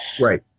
Right